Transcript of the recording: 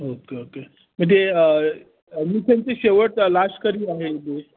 okay okay मग ते ॲडमिशनची शेवट लास्ट कधी आहे डेट